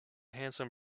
handsome